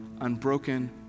unbroken